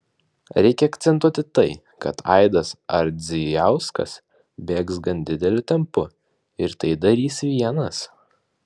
reikia akcentuoti tai kad aidas ardzijauskas bėgs gan dideliu tempu ir tai darys vienas